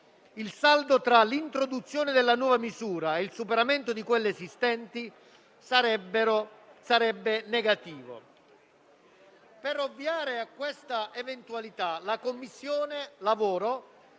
il saldo tra l'introduzione della nuova misura e il superamento di quelle esistenti sarebbe negativo. Per ovviare a questa eventualità la Commissione lavoro